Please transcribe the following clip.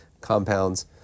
compounds